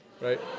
right